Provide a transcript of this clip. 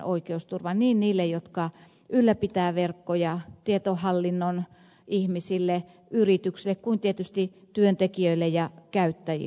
niin heille jotka ylläpitävät verkkoja tietohallinnon ihmisille yrityksille kuin tietysti työntekijöille ja käyttäjille